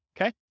Okay